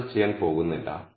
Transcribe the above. ഞാൻ അത് ചെയ്യാൻ പോകുന്നില്ല